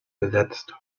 besetzt